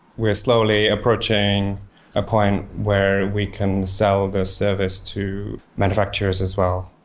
we're slowly approaching a point where we can sell the service to manufacturers as well.